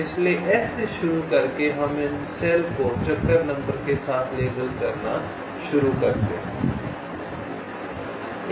इसलिए S से शुरू करके हम इन सेल को चक्कर नंबर के साथ लेबल करना शुरू करते हैं